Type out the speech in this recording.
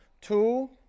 Two